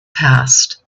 passed